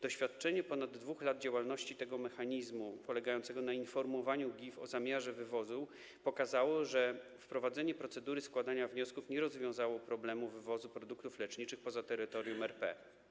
Doświadczenie wynikające z okresu ponad 2 lat działalności mechanizmu polegającego na informowaniu GIF o zamiarze wywozu pokazało, że wprowadzenie procedury składania wniosków nie rozwiązało problemu wywozu produktów leczniczych poza terytorium RP.